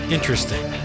Interesting